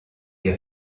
des